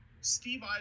Steve